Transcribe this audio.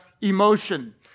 emotion